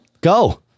Go